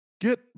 Get